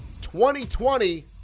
2020